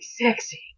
sexy